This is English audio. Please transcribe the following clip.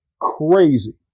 crazy